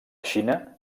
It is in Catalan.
xina